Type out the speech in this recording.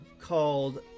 called